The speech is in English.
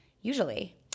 usually